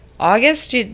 August